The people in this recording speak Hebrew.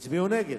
הצביעו נגד.